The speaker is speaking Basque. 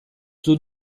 dut